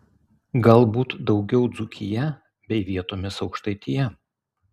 galbūt daugiau dzūkija bei vietomis aukštaitija